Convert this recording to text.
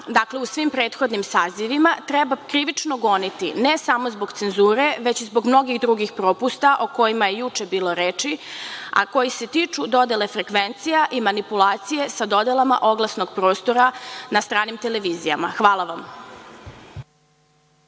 dakle u svim prethodnim sazivima, treba krivično goniti, ne samo zbog cenzure, već i zbog mnogih drugih propusta o kojima je juče bilo reči, a koji se tiču dodele frekvencija i manipulacije sa dodelama oglasnog prostora na stranim televizijama. Hvala vam.